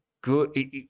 good